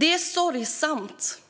Det är sorgesamt